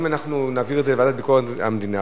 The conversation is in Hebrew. אם אנחנו נעביר את זה לוועדת ביקורת המדינה,